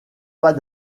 pas